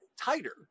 tighter